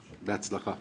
בהצלחה.